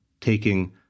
taking